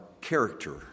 character